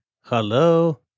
Hello